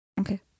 okay